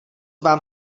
vám